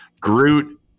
Groot